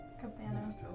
Cabana